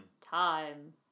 Time